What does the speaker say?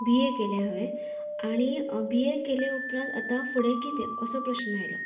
बी A केलें हांवेन आनी बी ए केली उपरांत आतां फुडें कितें असो प्रस्न आयलो